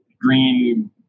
Green